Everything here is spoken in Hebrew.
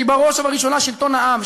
שהיא בראש ובראשונה שלטון העם,